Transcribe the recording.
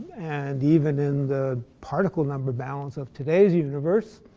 and even in the particle number balance of today's universe.